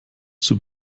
zur